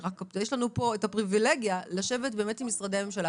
אבל יש לנו פה את הפריווילגיה לשבת באמת עם משרדי הממשלה